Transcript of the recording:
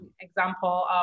example